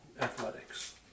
Athletics